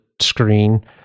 screen